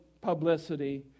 publicity